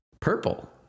purple